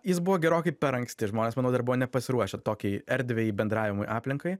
jis buvo gerokai per anksti žmonės manau dar buvo nepasiruošę tokiai erdvei bendravimui aplinkai